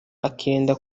akirinda